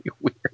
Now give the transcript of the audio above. weird